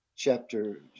chapter